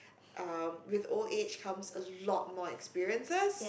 with old age comes a lot more experiences